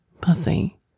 pussy